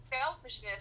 selfishness